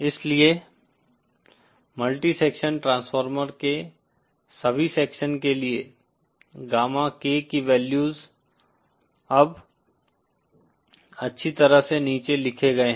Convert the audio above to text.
इसलिए multi section transformer के सभी सेक्शन के लिए गामा K की वैल्यूज अब अच्छी तरह से नीचे लिखे गए हैं